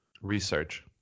research